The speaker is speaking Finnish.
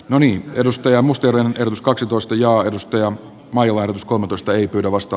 moni edustaja mustonen s kaksitoista ja arkistoja majoitus komentosta ei pyydä vasta